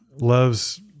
loves